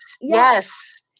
yes